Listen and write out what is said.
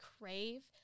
crave